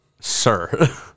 Sir